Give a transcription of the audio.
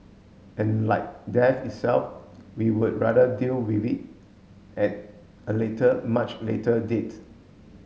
and like death itself we would rather deal with it at a later much later date